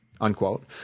unquote